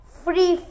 free